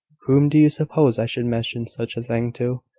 whom do you suppose i should mention such a thing to?